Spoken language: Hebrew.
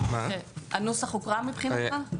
הנוסח הוקרא מבחינתך?